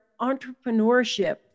entrepreneurship